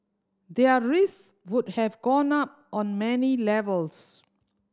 their risk would have gone up on many levels